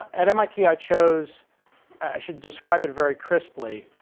at mit, i chose i should describe it very crisply.